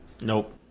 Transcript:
Nope